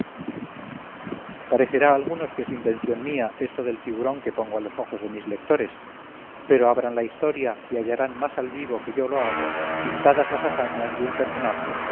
parecerá a algunos que es invención mía esto del figurón que pongo a los ojos de mis lectores pero abran la historia y hallarán más al vivo que yo lo hago pintadas las hazañas de un personaje